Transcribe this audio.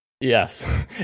yes